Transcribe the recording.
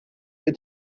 ihr